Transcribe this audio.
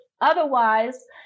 Otherwise